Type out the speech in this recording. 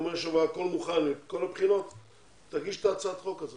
הוא אומר שהכול מוכן מכל הבחינות ותגיש את הצעת החוק הזאת.